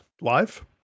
live